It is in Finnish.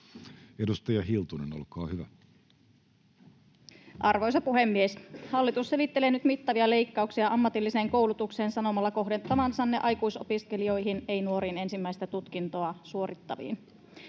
Edustaja Hiltunen, olkaa hyvä. Arvoisa puhemies! Hallitus selittelee nyt mittavia leikkauksiaan ammatilliseen koulutukseen sanomalla kohdentavansa ne aikuisopiskelijoihin, ei nuoriin, ensimmäistä tutkintoa suorittaviin.